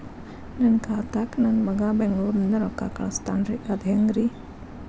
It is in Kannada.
ನನ್ನ ಖಾತಾಕ್ಕ ನನ್ನ ಮಗಾ ಬೆಂಗಳೂರನಿಂದ ರೊಕ್ಕ ಕಳಸ್ತಾನ್ರಿ ಅದ ಹೆಂಗ್ರಿ?